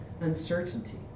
uncertainty